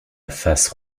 face